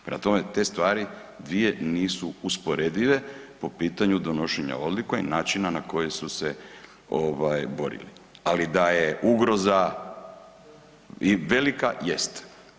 Prema tome, te stvari dvije nisu usporedive po pitanju donošenja odluka i načina na koji su se borili, ali da je ugroza i velika, jest.